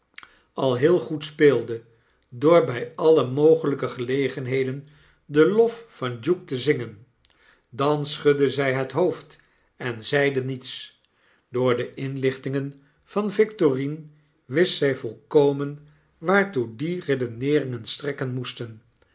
al heel goed speelde door bij alle mogelijke gelegenheden den lof van duke te zingen dan schudde zij het hoofd en zeide niets door de inlichtingen van victorine wist zij volkomen waartoe die redeneeringen strekken moesten